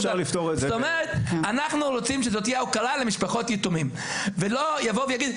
אנחנו רוצים שזאת תהיה הוקרה למשפחות יתומים ולא יבוא ויגיד,